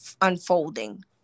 unfolding